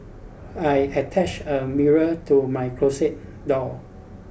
I attached a mirror to my closet door